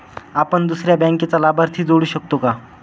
आपण दुसऱ्या बँकेचा लाभार्थी जोडू शकतो का?